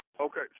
Okay